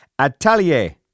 Atelier